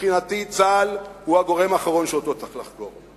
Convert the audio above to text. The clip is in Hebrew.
מבחינתי צה"ל הוא הגורם האחרון שאותו צריך לחקור.